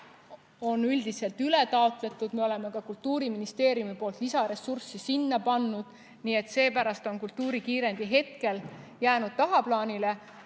on üldiselt üle taotletud, me oleme ka Kultuuriministeeriumist sinna lisaressurssi andnud. Seepärast on kultuurikiirendi hetkel jäänud tagaplaanile,